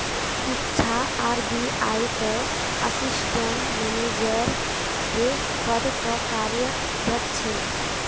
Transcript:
इच्छा आर.बी.आई त assistant manager रे पद तो कार्यरत छे